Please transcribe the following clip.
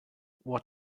what